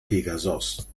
pegasos